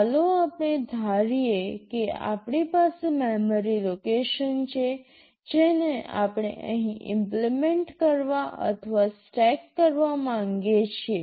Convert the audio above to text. ચાલો આપણે ધારીએ કે આપણી પાસે મેમરી લોકેશન છે જેને આપણે અહીં ઇમ્પલિમેન્ટ કરવા અથવા સ્ટેક કરવા માંગીએ છીએ